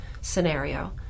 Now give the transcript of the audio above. scenario